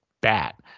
bat